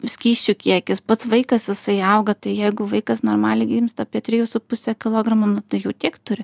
skysčių kiekis pats vaikas jisai auga tai jeigu vaikas normaliai gimsta apie trijų su puse kilogramų nu tai jau tiek turi